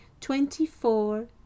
twenty-four